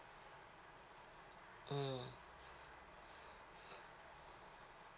mm